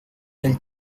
del